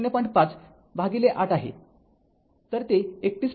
५ भागिले ८ आहे तर ते ३१